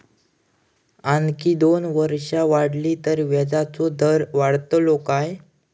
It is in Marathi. आणखी दोन वर्षा वाढली तर व्याजाचो दर वाढतलो काय?